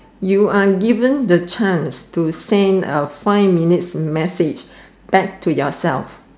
you are given the chance to send a five minutes message back to yourself